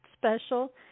special